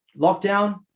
lockdown